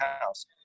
house